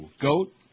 goat